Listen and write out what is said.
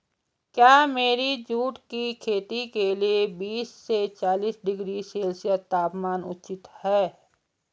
क्या मेरी जूट की खेती के लिए बीस से चालीस डिग्री सेल्सियस तापमान उचित है?